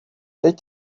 teď